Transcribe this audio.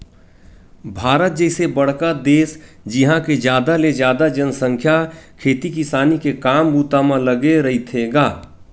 भारत जइसे बड़का देस जिहाँ के जादा ले जादा जनसंख्या खेती किसानी के काम बूता म लगे रहिथे गा